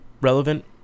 relevant